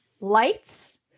lights